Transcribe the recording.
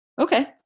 okay